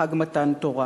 חג מתן תורה.